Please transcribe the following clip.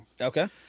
Okay